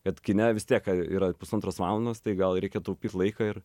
kad kine vis tiek yra pusantros valandos tai gal reikia taupyt laiką ir